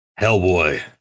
Hellboy